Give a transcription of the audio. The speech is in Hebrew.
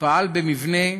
פעל במבנה